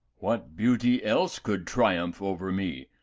what beauty else could triumph over me,